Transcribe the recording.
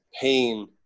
pain